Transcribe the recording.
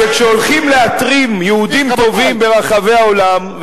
שכשהולכים להתרים יהודים טובים ברחבי העולם,